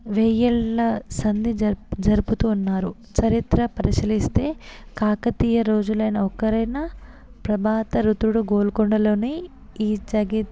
వెయ్యేళ్ళ సంధి జరుపు జరుపుతూ ఉంటారు చరిత్ర పరిశీలిస్తే కాకతీయ రోజులైనా ఒక్కరైనా ప్రభాత రుతుడు గోల్కొండలోనే ఈ జగత్